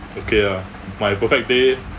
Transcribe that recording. okay ah my perfect day